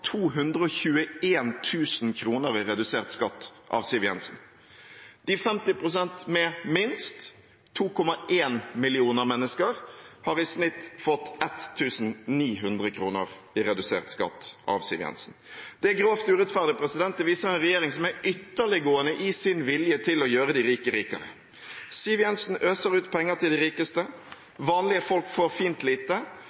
i redusert skatt av Siv Jensen. De 50 pst. med minst, 2,1 millioner mennesker, har i snitt fått 1 900 kr i redusert skatt av Siv Jensen. Det er grovt urettferdig. Det viser en regjering som er ytterliggående i sin vilje til å gjøre de rike rikere. Siv Jensen øser ut penger til de